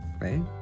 right